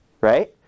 right